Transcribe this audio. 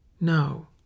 no